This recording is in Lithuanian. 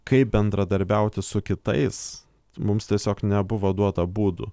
kaip bendradarbiauti su kitais mums tiesiog nebuvo duota būdų